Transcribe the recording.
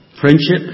friendship